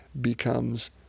becomes